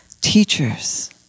Teachers